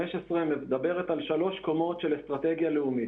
מדברת על שלוש קומות של אסטרטגיה לאומית.